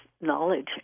knowledge